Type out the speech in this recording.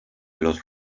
los